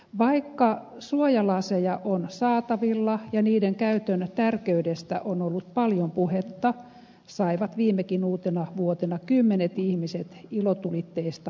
vaikka suojalaseja on saatavilla ja niiden käytön tärkeydestä on ollut paljon puhetta saivat viime uutenavuotenakin kymmenet ihmiset ilotulitteesta silmävammoja